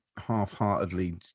half-heartedly